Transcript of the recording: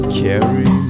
carry